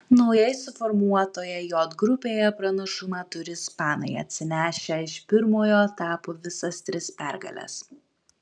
naujai suformuotoje j grupėje pranašumą turi ispanai atsinešę iš pirmojo etapo visas tris pergales